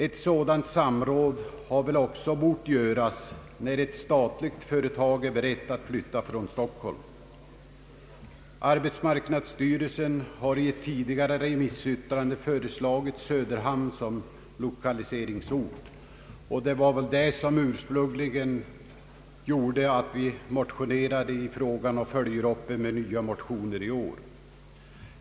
Ett sådant samråd borde väl också ha ägt rum när ett statligt företag skall flytta från Stockholm. Arbetsmarknadsstyrelsen har i ett tidigare remissyttrande föreslagit Söderhamn som lokaliseringsort, och detta är den ursprungliga anledningen till att vi motionerade i frågan och i år följer upp den med nya motioner.